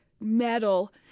metal